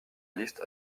liste